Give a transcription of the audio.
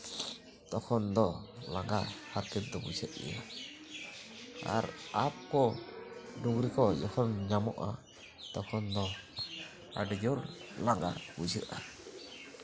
ᱛᱚᱠᱷᱚᱱ ᱫᱚ ᱞᱟᱸᱜᱟ ᱦᱟᱨᱠᱮᱛ ᱫᱚ ᱵᱩᱡᱷᱟᱹᱜ ᱜᱮᱭᱟ ᱟᱨ ᱟᱯ ᱠᱚ ᱰᱩᱝᱨᱤ ᱠᱚ ᱡᱚᱠᱷᱚᱱ ᱧᱟᱢᱚᱜᱼᱟ ᱛᱚᱠᱷᱚᱱ ᱫᱚ ᱟᱹᱰᱤ ᱡᱳᱨ ᱞᱟᱸᱜᱟ ᱵᱩᱡᱷᱟᱹᱜᱼᱟ